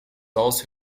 also